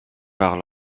par